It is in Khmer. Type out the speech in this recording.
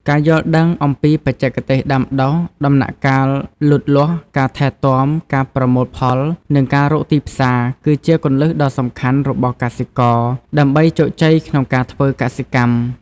ការយល់ដឹងអំពីបច្ចេកទេសដាំដុះ ដំណាក់កាលលូតលាស់ ការថែទាំ ការប្រមូលផល និងការរកទីផ្សារ គឺជាគន្លឹះដ៏សំខាន់របស់កសិករ ដើម្បីជោគជ័យក្នុងការធ្វើកសិកម្ម។